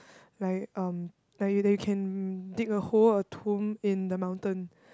like um like you that you can dig a hole a tomb in the mountain